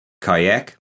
kayak